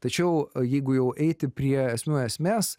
tačiau jeigu jau eiti prie esmių esmės